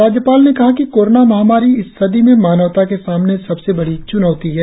राज्यपाल ने कहा कि कोरोना महामारी इस सदी में मानवता के सामने सबसे बड़ी च्नौती है